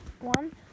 one